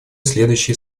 следующие